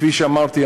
כפי שאמרתי,